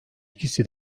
ikisi